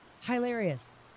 Hilarious